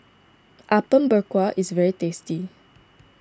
Apom Berkuah is very tasty